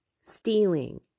Stealing